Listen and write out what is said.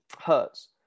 Hurts